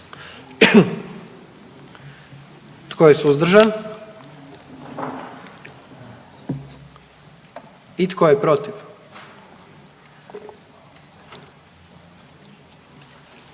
Tko je suzdržan? I tko je protiv?